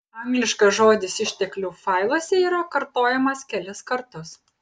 angliškas žodis išteklių failuose yra kartojamas kelis kartus